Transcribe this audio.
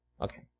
Okay